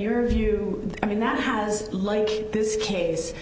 your view i mean that has like this case